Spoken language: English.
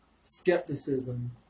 skepticism